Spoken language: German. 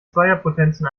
zweierpotenzen